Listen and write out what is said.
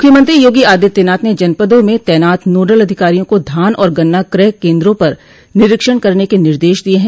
मुख्यमंत्री योगी आदित्यनाथ ने जनपदों में तैनात नोडल अधिकारियों को धान और गन्ना क्रय केन्द्रों पर निरीक्षण करने के निर्देश दिये हैं